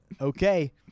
Okay